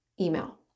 email